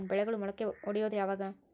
ಬೆಳೆಗಳು ಮೊಳಕೆ ಒಡಿಯೋದ್ ಯಾವಾಗ್?